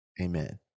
Amen